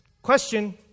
Question